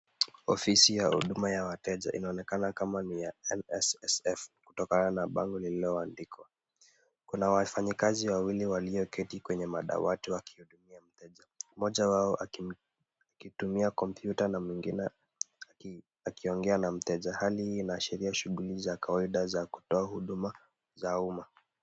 Ofisi ya huduma ya wateja inaonekana kama ni ya NSSF kutokana bango lililo andikwa. Kuna wafanyikazi wawili walio keti kwenye madawati wa kikundi. Moja wao akitumia computer na mwingine akiongea na mteja hali ina ashiria shughuli za kawaida za kutoa huduma za umma.